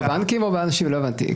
לא הבנתי.